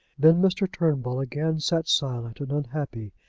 then mr. turnbull again sat silent and unhappy,